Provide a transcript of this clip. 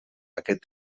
aquest